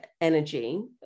energy